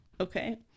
Okay